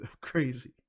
crazy